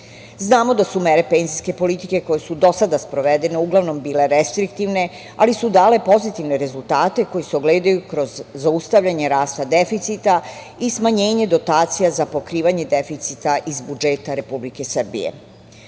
Znamo da su mere penzijske politike koje su do sada sprovedene uglavnom bile restriktivne, ali su dale pozitivne rezultate koji se ogledaju kroz zaustavljanje rasta deficita i smanjenje dotacija za pokrivanje deficita iz budžeta Republike Srbije. Upravo